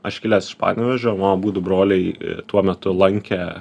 aš kilęs iš panevėžio mano abudu broliai tuo metu lankė